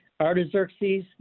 Artaxerxes